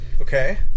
Okay